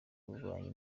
w’ububanyi